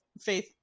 Faith